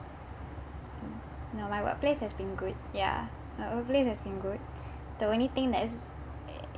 no my workplace has been good ya my workplace has been good the only thing that's